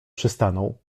przystanął